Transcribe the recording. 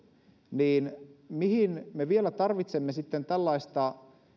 niin oikeastaan kysyisinkin mihin me vielä tarvitsemme sitten tällaista